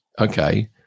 Okay